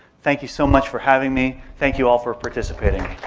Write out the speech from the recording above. thank you so much for having me. thank you all for participating.